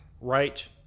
Right